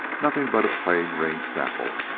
nothing but a plain ring snaffle.